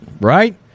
right